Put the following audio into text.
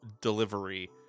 delivery